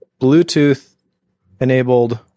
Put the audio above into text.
Bluetooth-enabled